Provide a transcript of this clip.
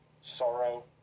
Sorrow